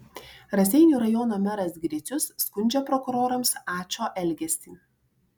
raseinių rajono meras gricius skundžia prokurorams ačo elgesį